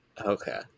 Okay